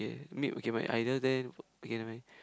mute okay my idol there okay nevermind